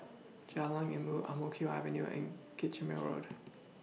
Jalan Ilmu Ang Mo Kio Avenue and Kitchener Road